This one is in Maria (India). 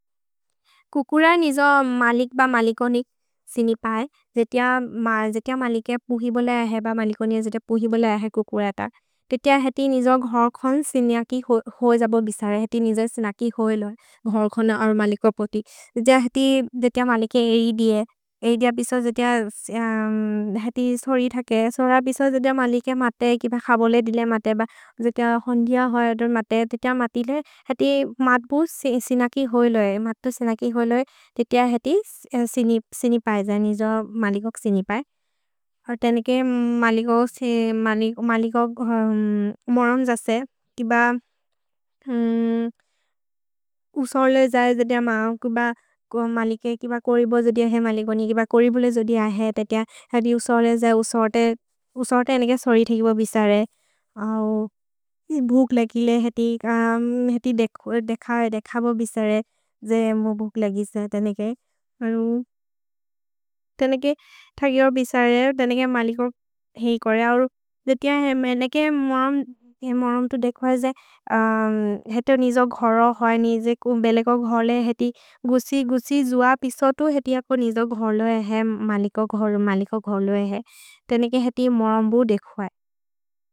कुकुर निजो मलिक् ब मलिकोनिक् सिनिपए, जेतिअ मलिके पुहि बोले अहे ब मलिकोनिक् जेतिअ पुहि बोले अहे कुकुर त। जेतिअ हेति निजो घोर् खोन् सिनिअ कि होइ जबो बिसरे, हेति निजो सिन कि होइ लोए, घोर् खोन् अरो मलिकोपोति। जेतिअ हेति, जेतिअ मलिके अएदिअ, अएदिअ बिसो जेतिअ हेति सोरि थके, सोर बिसो जेतिअ मलिके मते, किप खबोले दिले मते, जेतिअ होन्दिअ होइअदोन् मते, जेतिअ मतिले हेति मत्बो सिन कि होइ लोए, मत्तो सिन कि होइ लोए, जेतिअ हेति सिनिपए, जेतिअ निजो मलिकोक् सिनिपए। अ तेनिके मलिकोक् उमरोन् जत्से, किप उसोले ज जेतिअ म, किप मलिके, किप कोरि बोले जेतिअ हे मलिकोनिक्, किप कोरि बोले जेतिअ अहे, तेतिअ हेति उसोले ज उसोते, उसोते तेनिके सोरि थके बो बिसरे। अ भुक् लकिले हेति देख, देख बो बिसरे, जेमो भुक् लकि स तेनिके। अ तेनिके थके बो बिसरे, तेनिके मलिकोनिक् हेइ कोरे। अ जेतिअ हेमे, नेके उमरोन्, हे उमरोन् तु देखो है जे, हेति जो निजो घोरो होइ नि, जे कुम्बेले को घोरे हेति गुसि, गुसि जुअ पिसोतु, हेति जको निजो घोर् लोए हे, मलिकोनिक् घोर् लोए हे, तेनिके हेति मो अम्बु देखो है।